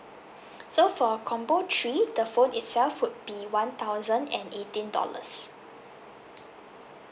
so for combo three the phone itself would be one thousand and eighteen dollars